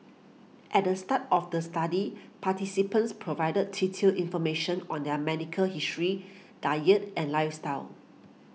at the start of the study participants provided detailed information on their medical history diet and lifestyle